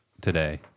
today